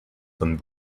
con